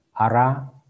Ara